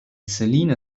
selina